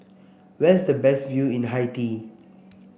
where is the best view in Haiti